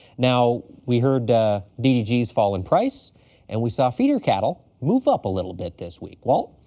now, we heard ddgs fall in price and we saw feeder cattle move up a little bit this week. walt,